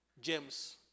James